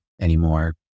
anymore